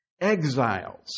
exiles